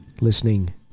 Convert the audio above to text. Listening